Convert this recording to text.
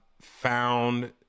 found